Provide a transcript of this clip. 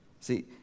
See